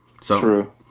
true